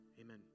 amen